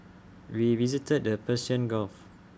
we visited the Persian gulf